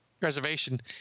reservation